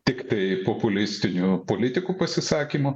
tiktai populistinių politikų pasisakymų